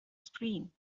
screen